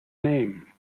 name